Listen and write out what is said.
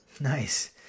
Nice